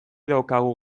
daukagu